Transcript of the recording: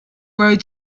road